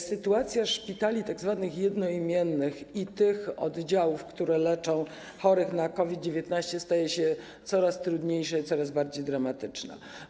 Sytuacja tzw. szpitali jednoimiennych i tych oddziałów, które leczą chorych na COVID-19, staje się coraz trudniejsza i coraz bardziej dramatyczna.